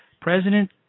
President